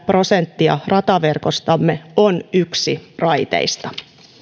prosenttia rataverkostamme on yksiraiteista